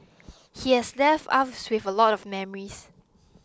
he has left us with a lot of memories